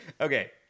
okay